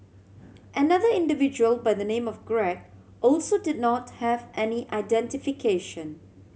another individual by the name of Greg also did not have any identification